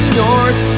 north